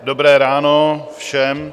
Dobré ráno všem.